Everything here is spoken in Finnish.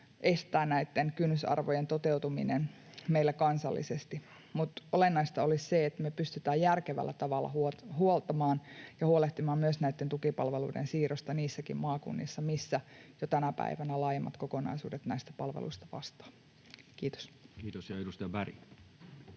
estää näitten kynnysarvojen toteutuminen meillä kansallisesti. Olennaista olisi se, että me pystytään järkevällä tavalla huoltamaan ja huolehtimaan myös näiden tukipalveluiden siirrosta niissäkin maakunnissa, missä jo tänä päivänä laajemmat kokonaisuudet vastaavat näistä palveluista. — Kiitos. [Speech 21]